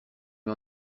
met